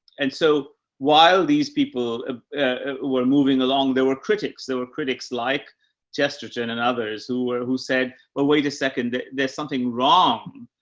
and so while these people ah were moving along, there were critics, there were critics like chesterton and others who were, who said, well, wait a second, there's something wrong,